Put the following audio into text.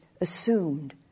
assumed